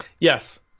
Yes